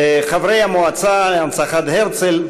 חברי המועצה להנצחת הרצל,